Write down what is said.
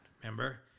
Remember